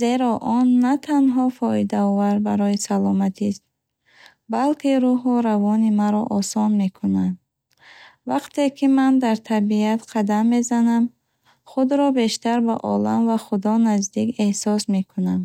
зеро он на танҳо фоидаовар барои саломатист, балки рӯҳу равони маро осон мекунад. Вақте ки ман дар табиат қадам мезанам, худро бештар бо олам ва Худо наздик эҳсос мекунам.